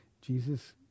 Jesus